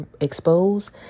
exposed